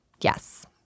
yes